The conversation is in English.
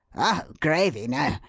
oh, gravy no!